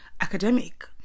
academic